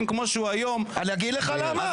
כמו שהוא היום --- לא היה ויכוח על זה.